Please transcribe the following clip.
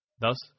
Thus